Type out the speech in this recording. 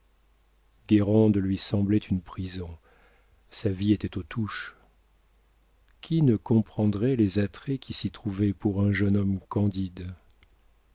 lui semblait une prison sa vie était aux touches qui ne comprendrait les attraits qui s'y trouvaient pour un jeune homme candide